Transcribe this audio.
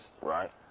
Right